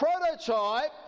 prototype